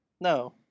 No